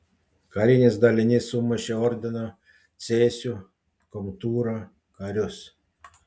karinis dalinys sumušė ordino cėsių komtūro karius